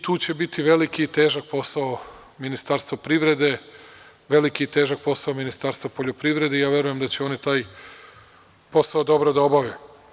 Tu će biti veliki i težak posao Ministarstva privrede, veliki i težak posao Ministarstva poljoprivrede i ja verujem da će oni taj posao dobro da obave.